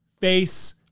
Face